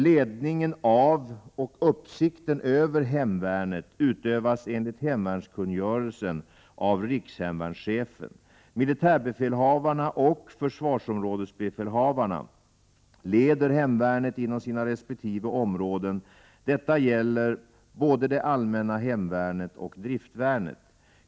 Ledningen av och uppsikten över hemvärnet utövas enligt hemvärnskungörelsen av rikshemvärnschefen. Militärbefälhavarna och försvarsområdesbefälhavarna leder hemvärnet inom sina resp. områden. Detta gäller både det allmänna hemvärnet och driftvärnet.